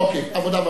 אוקיי, עבודה ורווחה.